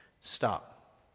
Stop